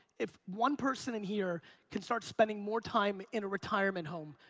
if one person in here can start spending more time in a retirement home,